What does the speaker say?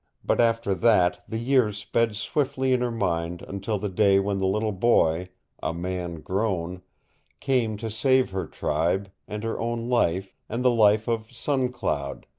but after that the years sped swiftly in her mind until the day when the little boy a man grown came to save her tribe, and her own life, and the life of sun cloud,